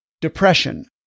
depression